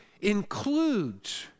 includes